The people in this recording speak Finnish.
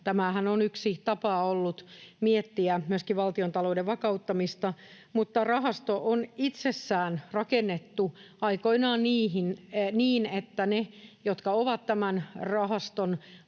Tämähän on yksi tapa ollut miettiä myöskin valtiontalouden vakauttamista, mutta rahasto on itsessään rakennettu aikoinaan niin, että ne, jotka ovat tämän rahaston